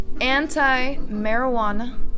anti-marijuana